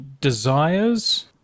desires